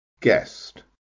guest